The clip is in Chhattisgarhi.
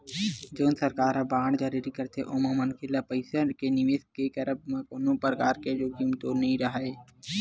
जउन सरकार ह बांड जारी करथे ओमा मनखे ल पइसा के निवेस के करब म कोनो परकार के जोखिम तो नइ राहय